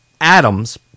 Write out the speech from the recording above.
atoms